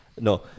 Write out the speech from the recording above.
no